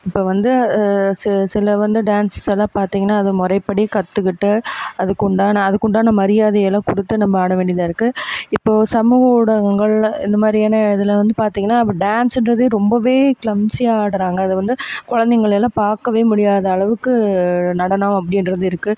இப்ப வந்து செ சில வந்து டான்ஸெல்லாம் பார்த்திங்கனா அது முறைப்படி கற்றுக்கிட்டு அதுக்குண்டான அதுக்குண்டான மரியாதையெல்லாம் கொடுத்து நம்ம ஆட வேண்டியதாக இருக்குது இப்போ சமூக ஊடகங்கள் இந்த மாதிரியான இதில் வந்து பார்த்திங்கனா இப்போ டான்ஸுன்றதே ரொம்பவே க்ளம்ஸியாக ஆடுறாங்க அதை வந்து குழந்தைங்களெல்லாம் பார்க்கவே முடியாத அளவுக்கு நடனம் அப்படின்றது இருக்குது